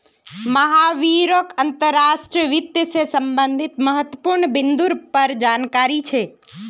महावीरक अंतर्राष्ट्रीय वित्त से संबंधित महत्वपूर्ण बिन्दुर पर जानकारी छे